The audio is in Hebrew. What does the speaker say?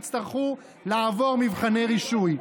יצטרכו לעבור מבחני רישוי.